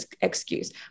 excuse